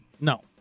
No